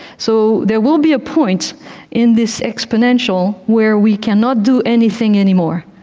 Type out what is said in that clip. so there will be a point in this exponential where we cannot do anything anymore,